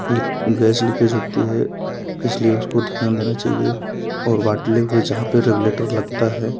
लिक gas leakage होती है इसलिए उसको ध्यान देना चाहिए और बाटले पे जहाँ पे रेगुलेटर लगता है